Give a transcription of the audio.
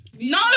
No